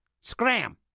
Scram